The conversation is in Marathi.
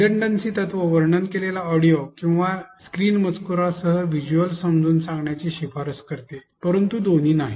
रिडंडंसी तत्त्व वर्णन केलेला ऑडिओ किंवा स्क्रीन मजकूरासह व्हिज्युअल समजावून सांगण्याची शिफारस करते परंतु दोन्ही नाही